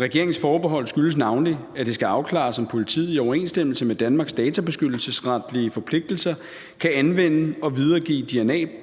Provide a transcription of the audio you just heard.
Regeringens forbehold skyldes navnlig, at det skal afklares, om politiet i overensstemmelse med Danmarks databeskyttelsesretlige forpligtelser kan anvende og videregive